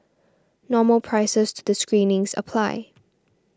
normal prices to the screenings apply